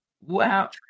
wow